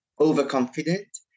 overconfident